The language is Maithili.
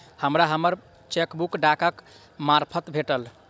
हमरा हम्मर चेकबुक डाकक मार्फत भेटल